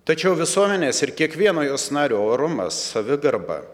tačiau visuomenės ir kiekvieno jos nario orumas savigarba